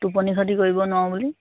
টোপনি খতি কৰিব নোৱাৰোঁ বুলি